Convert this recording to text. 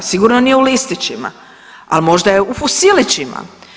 Sigurno nije u listićima, a možda je u fusilićima.